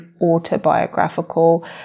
autobiographical